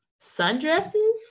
sundresses